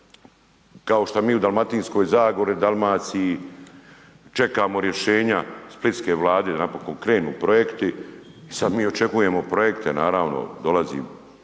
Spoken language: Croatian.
kao što mi u Dalmatinskoj zagori, Dalmaciji čekamo rješenja splitske vlade da napokon krenu projekti i sada mi očekujemo projekte naravno dolazi